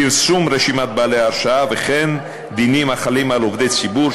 פרסום רשימת בעלי ההשראה וכן דינים החלים על עובדי ציבור,